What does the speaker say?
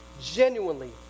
genuinely